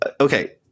Okay